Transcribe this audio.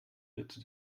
wird